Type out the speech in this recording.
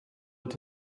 and